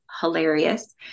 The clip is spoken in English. hilarious